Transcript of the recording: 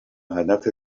هدف